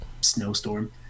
snowstorm